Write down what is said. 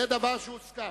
זאת הצבעה מוסכמת.